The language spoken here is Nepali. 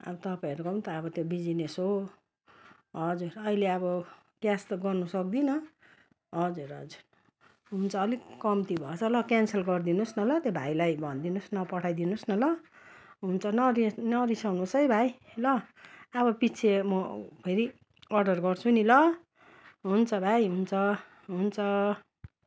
अब तपाईँहरूको त अब त्यो बिजिनेस हो हजुर अहिले अब क्यास त गर्नु सक्दिनँ हजुर हजुर हुन्छ अलिक कम्ती भएछ ल क्यान्सल गरिदिनु होस् न ल त्यो भाइलाई भनिदिनु होस् नपठाइदिनु होस् न ल हुन्छ न नरिसाउनु होस् है भाइ ल अब पछि म फेरि अर्डर गर्छु नि ल हुन्छ भाइ हुन्छ हुन्छ